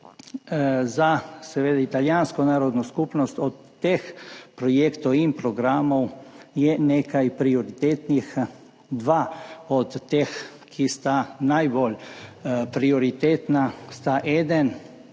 Za italijansko narodno skupnost je od teh projektov in programov nekaj prioritetnih. Dva od teh, ki sta najbolj prioritetna, sta: eden,